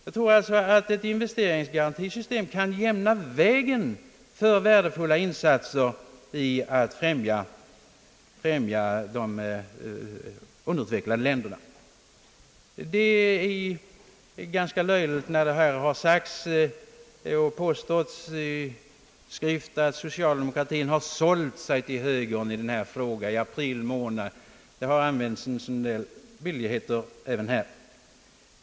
Jag tror att ett investeringsgarantisystem kan jämna vägen för värdefulla insatser, avsedda att främja de underutvecklade länderna. Det är löjligt som påståtts att socialdemokratin har »sålt sig» till högern i denna fråga i april månad i år! En del sådana där billigheter har använts även här.